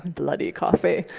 bloody coffee,